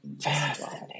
fascinating